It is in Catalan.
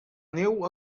neu